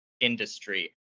industry